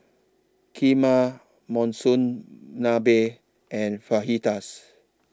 Kheema Monsunabe and Fajitas